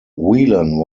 whelan